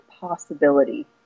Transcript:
possibility